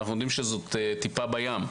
ואנחנו יודעים שזו טיפה בים.